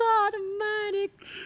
automatic